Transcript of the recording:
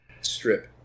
strip